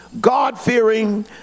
God-fearing